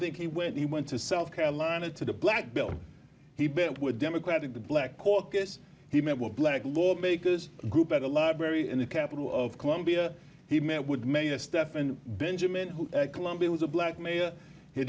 think he went he went to south carolina to the black belt he bent with democratic the black caucus he met with black lawmakers group at a library in the capital of columbia he met with mayor stephan benjamin who columbia was a black mayor